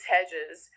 Hedges